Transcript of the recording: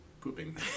pooping